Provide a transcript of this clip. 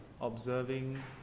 Observing